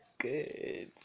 Good